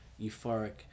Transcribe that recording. euphoric